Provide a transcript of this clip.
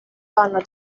vanno